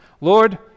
Lord